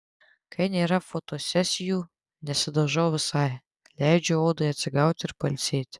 kai nėra fotosesijų nesidažau visai leidžiu odai atsigauti ir pailsėti